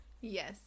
Yes